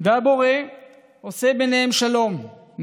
והבורא עושה ביניהם שלום,